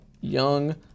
young